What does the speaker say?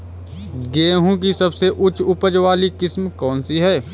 गेहूँ की सबसे उच्च उपज बाली किस्म कौनसी है?